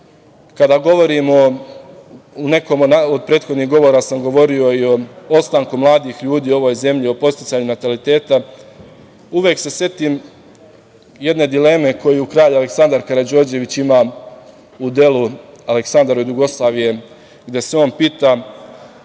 kad govorimo, u nekom od prethodnih govora sam govorio i o ostanku mladih ljudi u ovoj zemlji, o podsticaju nataliteta, uvek se setim jedne dileme koju Kralj Aleksandar Karađorđević ima u delu „Aleksandar od Jugoslavije“, gde se on pita